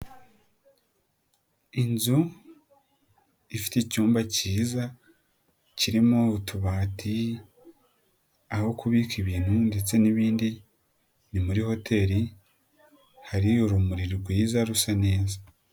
Inzu ifite icyumba kiza kirimo utubati, aho kubika ibintu ndetse n'ibindi, ni muri hoteli, hari urumuri rwiza rusa neza.